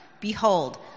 Behold